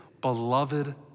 beloved